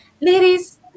Ladies